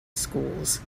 schools